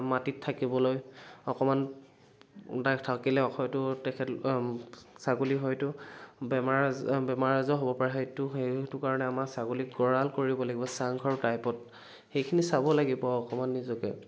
মাটিত থাকিবলৈ অকণমান তাত থাকিলে হয়তো তেখেত ছাগলীৰ হয়তো বেমাৰ আজাৰ বেমাৰ আজাৰ হ'ব পাৰে সেইটো হেৰি সেইটো কাৰণে আমাৰ ছাগলীৰ গঁড়াল কৰিব লাগিব চাংঘৰ টাইপত সেইখিনি চাব লাগিব অকণমান নিজকে